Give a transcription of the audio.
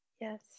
Yes